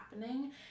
happening